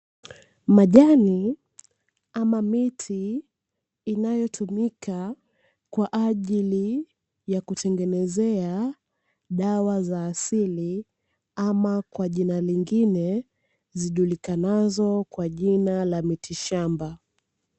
Majani ama miti inayotumika kwa ajili ya kutengenezea dawa za asili, ama kwa jina lingine zijulikanazo kwa jina la miti shamba.